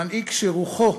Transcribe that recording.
מנהיג שרוחו,